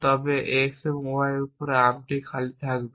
তবে x y এর উপর থাকবে আর্মটি খালি থাকবে